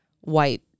white